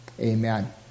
amen